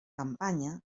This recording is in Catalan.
campanya